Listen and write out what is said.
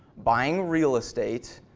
buying real estate,